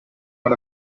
out